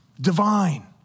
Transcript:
divine